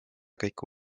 kõike